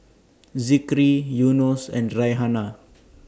Zikri Yunos and Raihana